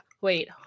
wait